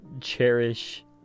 cherish